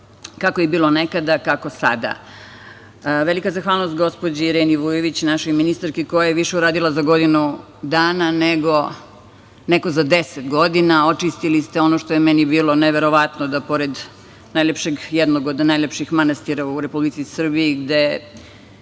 kako je bilo nekada, kako sada. Velika zahvalnost gospođi Ireni Vujović, našoj ministarki, koja je više uradila za godinu dana nego neko za 10 godina. Očistili ste ono što je meni bilo neverovatno, da pored jednog od najlepših manastira u Republici Srbiji, gde